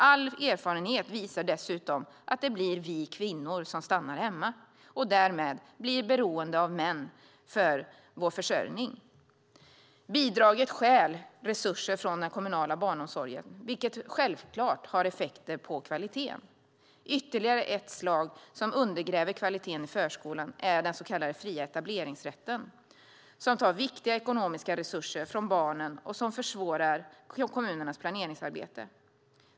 All erfarenhet visar dessutom att det blir vi kvinnor som stannar hemma och därmed blir beroende av män för vår försörjning. Bidraget stjäl resurser från den kommunala barnomsorgen, vilket självklart har effekter på kvaliteten. Ytterligare ett slag som undergräver kvaliteten i förskolan är den så kallade fria etableringsrätten, som tar viktiga ekonomiska resurser från barnen och försvårar kommunernas planeringsarbete.